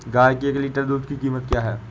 गाय के एक लीटर दूध की कीमत क्या है?